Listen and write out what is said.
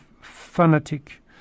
fanatic